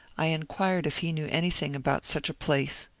i inquired if he knew anything about such a place.